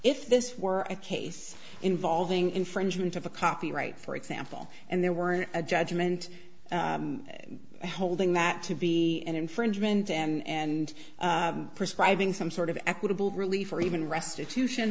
if this were a case involving infringement of a copyright for example and there were a judgment holding that to be an infringement and prescribing some sort of equitable relief or even restitution